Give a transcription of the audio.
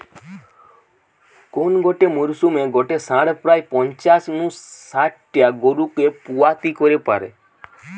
কোন গটে মরসুমে গটে ষাঁড় প্রায় পঞ্চাশ নু শাট টা গরুকে পুয়াতি করি পারে